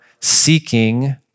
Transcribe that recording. seeking